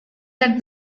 that